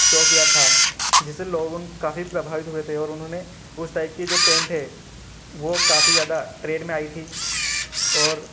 show किया था जिसे लोग काफ़ी प्रभावित हुए थे और उन्होंने उस टाइप की जो पेंट हे वो काफ़ी ज़्यादा ट्रेड में आई थी और